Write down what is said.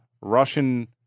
Russian